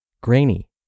grainy